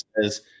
says